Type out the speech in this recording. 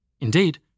Indeed